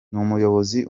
n’umuyobozi